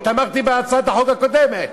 ותמכתי בהצעת החוק הקודמת,